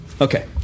Okay